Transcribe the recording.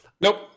Nope